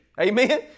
Amen